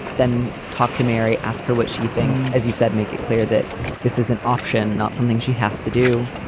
then talk to mary. ask her what she thinks. as you said, make it clear that this is an option, not something she has to do.